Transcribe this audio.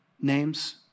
names